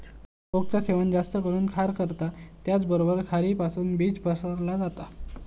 ओकचा सेवन जास्त करून खार करता त्याचबरोबर खारीपासुन बीज पसरला जाता